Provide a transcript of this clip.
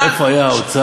אתה יודע, ואגב,